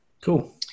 Cool